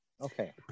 Okay